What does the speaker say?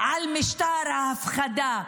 על משטר ההפחדה